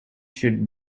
should